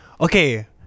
Okay